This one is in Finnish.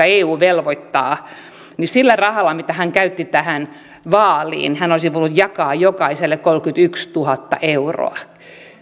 eu velvoittaa mutta sillä rahalla mitä hän käytti tähän vaaliin hän olisi voinut jakaa jokaiselle kolmekymmentätuhatta euroa